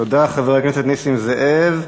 תודה, חבר הכנסת נסים זאב.